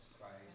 Christ